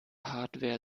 hardware